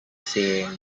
saying